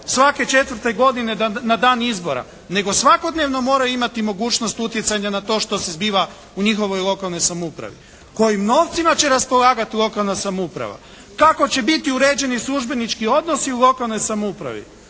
svake četvrte godine na dan izbora nego svakodnevno moraju imati mogućnost utjecanja na to što se zbiva u njihovoj lokalnoj samoupravi, kojim novcima će raspolagati lokalna samouprava, kako će biti uređeni službenički odnosi u lokalnoj samoupravi.